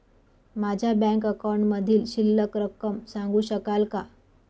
माझ्या बँक अकाउंटमधील शिल्लक रक्कम सांगू शकाल का?